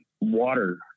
water